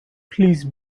please